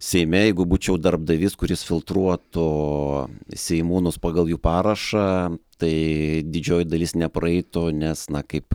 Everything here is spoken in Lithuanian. seime jeigu būčiau darbdavys kuris filtruotų seimūnus pagal jų parašą tai didžioji dalis nepraeitų nes na kaip